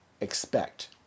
expect